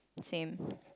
same